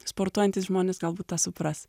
sportuojantys žmonės galbūt tą supras